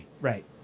right